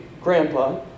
grandpa